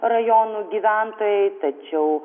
rajonų gyventojai tačiau